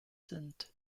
sind